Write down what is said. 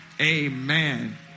amen